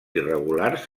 irregulars